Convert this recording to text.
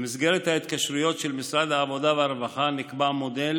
במסגרת ההתקשרויות של משרד העבודה והרווחה נקבע מודל